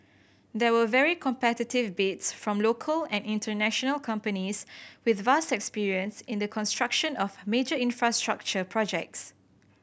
there were very competitive bids from local and international companies with vast experience in the construction of major infrastructure projects